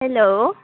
hello